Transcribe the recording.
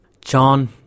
John